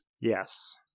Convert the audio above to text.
Yes